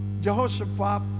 Jehoshaphat